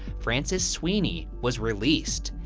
francis sweeney was released,